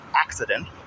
accident